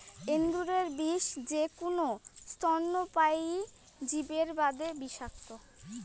এন্দুরের বিষ যেকুনো স্তন্যপায়ী জীবের বাদে বিষাক্ত,